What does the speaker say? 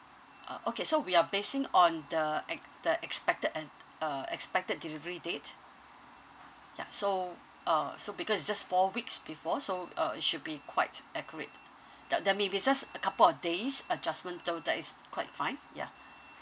uh okay so we are basing on the ex~ the expected ex~ uh expected delivery date ya so uh so because it's just four weeks before so uh it should be quite accurate there there may be just a couple of days adjustment so that is quite fine ya